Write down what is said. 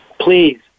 please